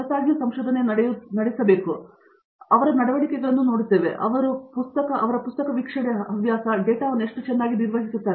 Satyanarayana N Gummadi ಪ್ರಕಟಣೆಗಳ ಹೊರತಾಗಿ ಸಂಶೋಧನೆ ನಡೆಸುತ್ತಿದ್ದೇನೆ ಆದ್ದರಿಂದ ಅವರ ನಡವಳಿಕೆಯನ್ನು ನೋಡುತ್ತೇವೆ ಅವರು ಪುಸ್ತಕ ವೀಕ್ಷಣೆ ಡೇಟಾವನ್ನು ಎಷ್ಟು ಚೆನ್ನಾಗಿ ನಿರ್ವಹಿಸುತ್ತಾರೆ